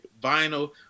vinyl